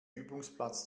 übungsplatz